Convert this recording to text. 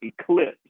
Eclipse